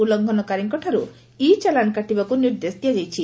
ଉଲ୍ଲଂଘନକାରୀଙ୍କଠାରୁ ଇ ଚାଲାଶ କାଟିବାକୁ ନିର୍ଦ୍ଦେଶ ଦିଆଯାଇଛି